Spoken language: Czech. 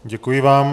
Děkuji vám.